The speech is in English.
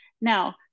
now